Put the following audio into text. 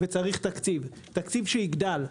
וצריך תקציב, תקציב שיגדל.